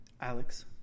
Alex